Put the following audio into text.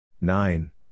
Nine